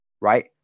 right